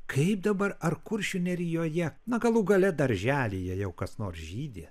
kaip dabar ar kuršių nerijoje na galų gale darželyje jau kas nors žydi